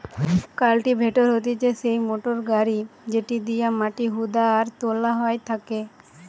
cultivator হতিছে সেই motor গাড়ি যেটি দিয়া মাটি হুদা আর তোলা হয় থাকে